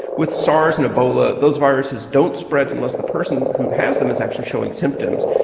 with sars and ebola, those viruses don't spread unless the person who has them is actually showing symptoms.